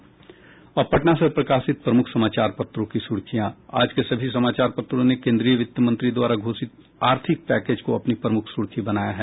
अखबारों की सुर्खियां अब पटना से प्रकाशित प्रमुख समाचार पत्रों की सुर्खियां आज के सभी समाचार पत्रों ने केन्द्रीय वित्त मंत्री द्वारा घोषित आर्थिक पैकेज को अपनी प्रमुख सुर्खी बनाया है